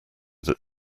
that